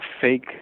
fake